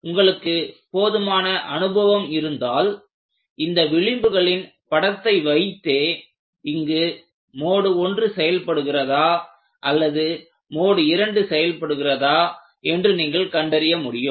உங்களுக்கு போதுமான அனுபவம் இருந்தால் இந்த விளிம்புகளின் படத்தை வைத்தே இங்கு மோடு 1 செயல்படுகிறதா அல்லது மோடு 2 செயல்படுகிறதா என்று நீங்கள் கண்டறிய முடியும்